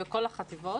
בכל החטיבות?